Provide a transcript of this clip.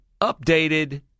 updated